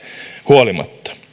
huolimatta